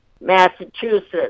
Massachusetts